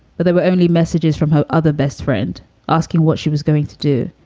but there were only messages from her other best friend asking what she was going to do.